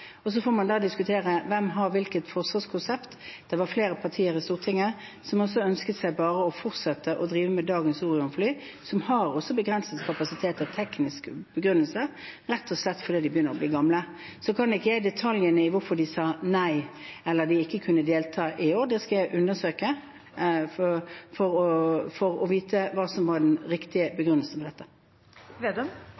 Så får man diskutere hvem som har hvilket forsvarskonsept. Det var flere partier i Stortinget som ønsket seg bare å fortsette å drive med dagens Orion-fly, som også har begrensede kapasiteter av en teknisk begrunnelse, rett og slett fordi de begynner å bli gamle. Jeg kan ikke detaljene i hvorfor de sa nei, eller at de ikke kunne delta. Det skal jeg undersøke, for å vite hva som var den riktige